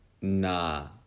Nah